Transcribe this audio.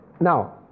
now